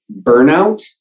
burnout